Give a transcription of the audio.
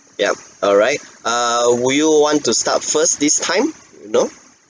ya alright err would you want to start first this time no